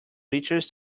riches